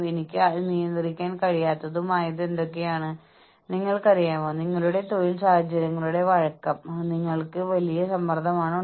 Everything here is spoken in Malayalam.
ജീവനക്കാരുടെ ഓഹരി ഉടമസ്ഥതയിലുള്ള പ്രോഗ്രാമുകളുടെ വിജയത്തിനുള്ള വ്യവസ്ഥകൾ പ്ലാനിലേക്കുള്ള കമ്പനിയുടെ വലിയ സംഭാവനകളാണ്